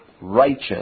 righteous